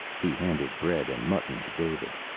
he handed bread and mutton to david.